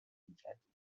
میکردید